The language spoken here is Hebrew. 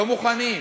לא מוכנים.